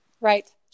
Right